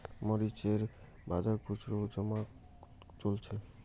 মরিচ এর বাজার খুচরো ও জমা কত চলছে?